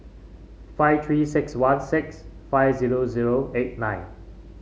five Three six one six five zero zero eight nine